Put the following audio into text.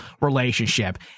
relationship